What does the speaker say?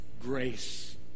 grace